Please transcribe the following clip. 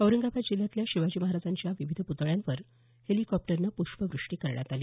औरंगाबाद जिल्ह्यातल्या शिवाजी महाराजांच्या विविध प्तळ्यांवर हेलिकॉप्टरनं पुष्पवृष्टी करण्यात आली